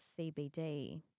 CBD